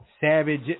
Savage